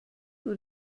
nur